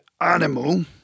animal